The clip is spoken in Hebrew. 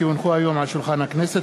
כי הונחו היום על שולחן הכנסת,